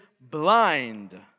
blind